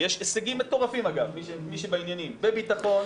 יש הישגים מטורפים, אגב, מי שבעניינים: בביטחון,